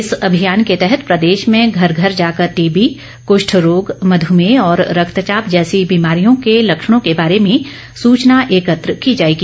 इस अभियान के तहत प्रदेश में घर घर जाकर टीबी कुष्ठरोग मध्मेय और रक्तचाप जैसी बीमारियों के लक्षणों के बारे में सूचना एकत्र की जाएगी